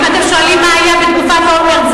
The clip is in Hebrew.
אם אתם שואלים מה היה בתקופת אולמרט,